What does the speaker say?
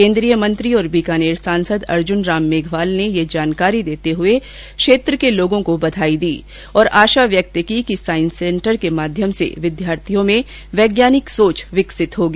केन्द्रीय मंत्री और बीकानेर सांसद अर्जुन राम मेघवाल ने ये जानकारी देते हुए क्षेत्र के लोगो को बधाई दी और आशा व्यक्त की कि सांइस सेन्टर के माध्यम से विद्यार्थियो में वैज्ञानिक सोच विकसित होगी